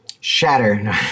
Shatter